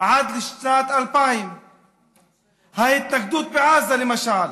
עד לשנת 2000. ההתנגדות בעזה, למשל.